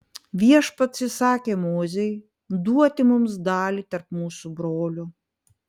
viešpats įsakė mozei duoti mums dalį tarp mūsų brolių